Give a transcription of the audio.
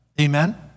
Amen